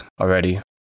already